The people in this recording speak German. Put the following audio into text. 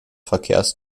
verkehrs